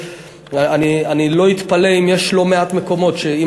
אני לא אתפלא אם יש לא מעט מקומות שבהם